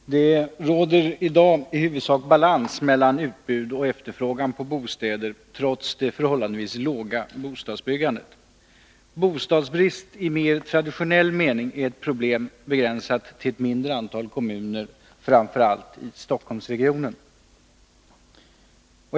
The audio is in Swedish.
Herr talman! Det råder i dag i huvudsak balans mellan utbud och efterfrågan på bostäder, trots det förhållandevis låga bostadsbyggandet. Bostadsbrist i mer traditionell mening är ett problem begränsat till ett mindre antal kommuner, framför allt i Stockholmsregionen.